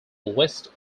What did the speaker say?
west